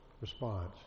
response